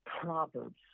proverbs